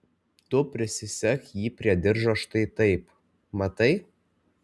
tu prisisek jį prie diržo štai taip matai